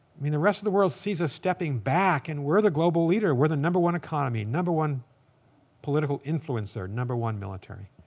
i mean the rest of the world sees us stepping back, and we're the global leader. we're the number one economy, number one political influencer, number one military.